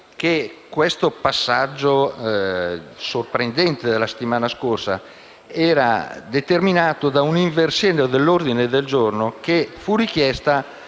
che questo passaggio sorprendente della settimana scorsa era stato determinato da una inversione dell'ordine del giorno richiesta